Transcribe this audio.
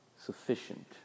sufficient